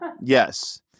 Yes